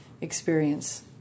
experience